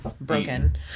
broken